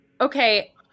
Okay